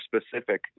specific